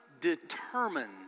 determined